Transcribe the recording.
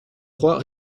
trois